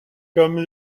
comme